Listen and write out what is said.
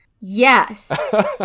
Yes